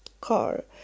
car